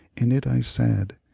in it i said,